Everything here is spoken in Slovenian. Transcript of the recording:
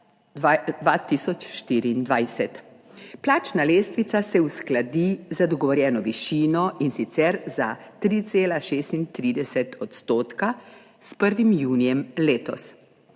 2024. Plačna lestvica se uskladi z dogovorjeno višino, in sicer za 3,36 odstotka s 1. junijem letos.